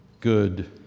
good